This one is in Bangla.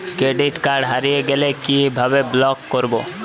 ক্রেডিট কার্ড হারিয়ে গেলে কি ভাবে ব্লক করবো?